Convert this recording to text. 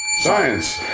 science